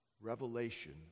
revelation